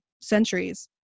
centuries